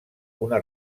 una